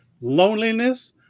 loneliness